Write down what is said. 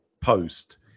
post